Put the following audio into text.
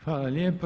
Hvala lijepa.